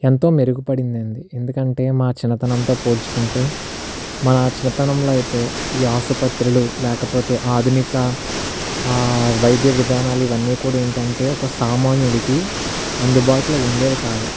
ఎంతో మెరుగు పడిందండి ఎందుకంటే మా చిన్నతనంతో పోల్చుకుంటే మా చిన్నతనంలో అయితే ఈ ఆసుపత్రులు లేకపోతే ఆధునిక వైద్య విధానాలు ఇవన్నీ కూడా ఏంటంటే ఒక సామాన్యుడుకి అందుబాటులో ఉండేవి కాదు